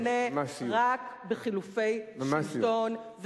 הוא ישתנה רק בחילופי שלטון,